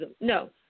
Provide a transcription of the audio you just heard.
No